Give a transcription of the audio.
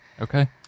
Okay